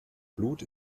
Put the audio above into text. blut